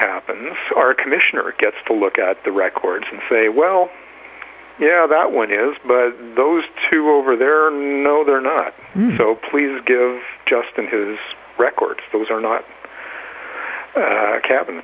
happens our commissioner gets to look at the records and say well yeah that one is but those two over there are no they're not so please give just in his records those are not